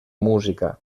música